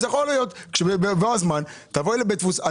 יכול להיות שבבוא הזמן תבואי לבית דפוס.